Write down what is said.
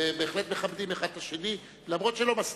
ובהחלט מכבדים זה את זה אף שלא מסכימים.